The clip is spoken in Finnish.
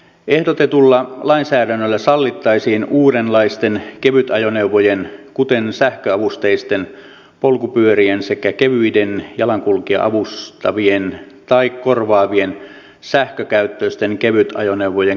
ehdotetulla lainsäädännöllä sallittaisiin uudenlaisten kevytajoneuvojen kuten sähköavusteisten polkupyörien sekä kevyiden jalankulkijaa avustavien tai korvaavien sähkökäyttöisten kevytajoneuvojen käyttö liikenteessä